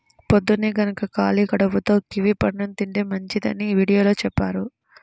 పొద్దన్నే గనక ఖాళీ కడుపుతో కివీ పండుని తింటే మంచిదని వీడియోలో చెప్పారు